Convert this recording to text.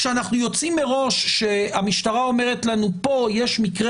כשאנחנו יוצאים מראש שהמשטרה אומרת לנו פה יש מקרה